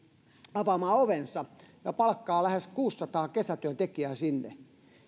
avaamaan ovensa ja palkkaa lähes kuusisataa kesätyöntekijää sinne